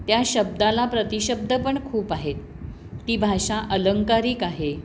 त्या शब्दाला प्रतिशब्द पण खूप आहेत ती भाषा अलंकारिक आहे